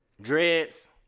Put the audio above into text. dreads